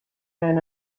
than